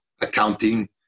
accounting